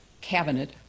cabinet